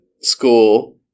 school